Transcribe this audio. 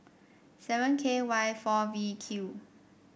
seven K Y four V Q